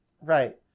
right